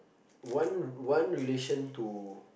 one one relation to